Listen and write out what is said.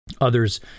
Others